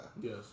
Yes